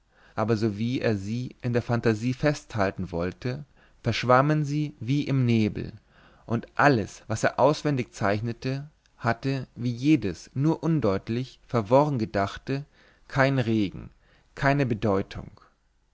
aber sowie er sie in der fantasie festhalten wollte verschwammen sie wie im nebel und alles was er auswendig zeichnete hatte wie jedes nur undeutlich verworren gedachte kein regen keine bedeutung